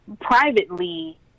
privately